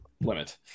limit